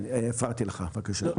כן, בבקשה.